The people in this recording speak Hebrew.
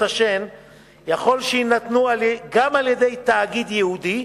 השן יכול שיינתנו גם על-ידי תאגיד ייעודי,